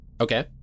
Okay